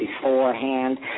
beforehand